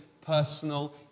personal